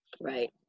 Right